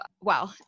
wow